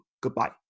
Goodbye